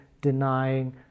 denying